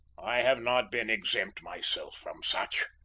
i have not been exempt myself from such.